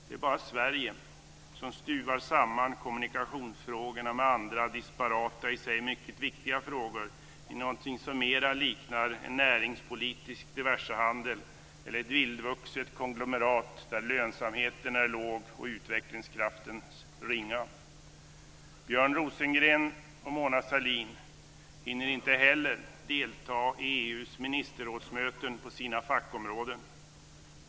Det är bara Sverige som stuvar samman kommunikationsfrågorna med andra disparata, i sig mycket viktiga, frågor i något som mera liknar en näringspolitisk diversehandel eller ett vildvuxet konglomerat, där lönsamheten är låg och utvecklingskraften ringa. Björn Rosengren och Mona Sahlin hinner inte heller delta i EU:s ministerrådsmöten på sina fackområden.